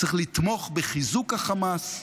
צריך לתמוך בחיזוק החמאס,